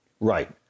Right